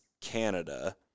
Canada